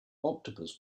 octopus